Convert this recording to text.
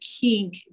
king